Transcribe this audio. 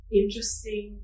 interesting